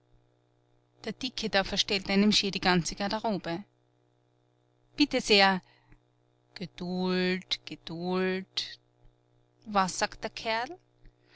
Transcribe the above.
der dicke da verstellt einem schier die ganze garderobe bitte sehr geduld geduld was sagt der kerl